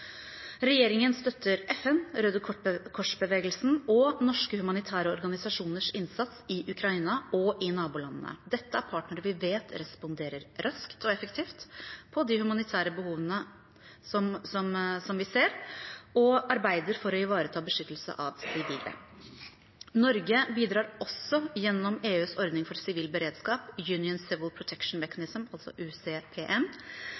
Regjeringen støtter FN, Røde Kors-bevegelsen og norske, humanitære organisasjoners innsats i Ukraina og i nabolandene. Dette er partnere vi vet responderer raskt og effektivt på de humanitære behovene vi ser, og arbeider for å ivareta beskyttelse av sivile. Norge bidrar også gjennom EUs ordning for sivil beredskap, Union Civil Protection